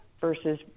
versus